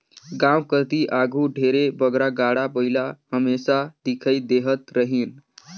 गाँव कती आघु ढेरे बगरा गाड़ा बइला हमेसा दिखई देहत रहिन